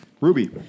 Ruby